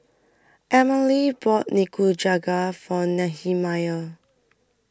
Emmalee bought Nikujaga For Nehemiah